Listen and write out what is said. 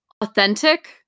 authentic